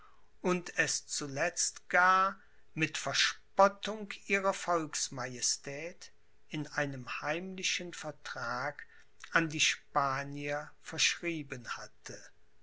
und es zuletzt gar mit verspottung ihrer volksmajestät in einem heimlichen vertrag an die spanier verschrieben hatte